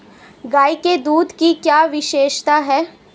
गाय के दूध की क्या विशेषता है?